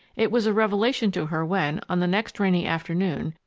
it was a revelation to her when, on the next rainy afternoon,